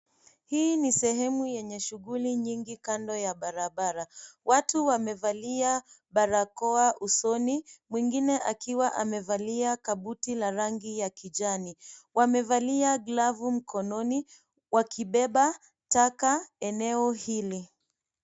Hii ni sehemu yenye shughuli nyingi kando ya barabara. Watu wamevalia barakoa usoni, mwingine akiwa amevalia kabuti la rangi ya kijani. Wamevalia glavu mikononi wakibeba taka eneo hili.